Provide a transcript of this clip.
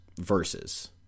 verses